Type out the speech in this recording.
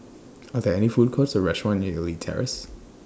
Are There any Food Courts Or restaurants near Elite Terrace